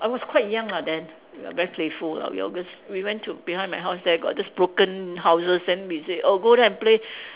I was quite young lah then very playful ah we all just we went to behind my house there got these broken houses then we say oh go there and play